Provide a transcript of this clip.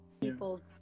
people's